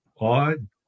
odd